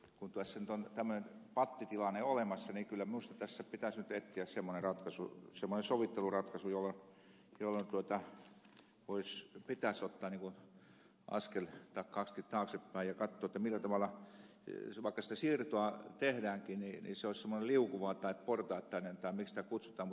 kun tässä nyt on tämmöinen pattitilanne olemassa niin kyllä minusta tässä pitäisi nyt etsiä semmoinen sovitteluratkaisu jolloin pitäisi ottaa askel tai kaksikin taaksepäin ja katsoa vaikka sitä siirtoa tehdäänkin että se olisi semmoinen liukuva tai portaittainen tai miksi sitä kutsutaan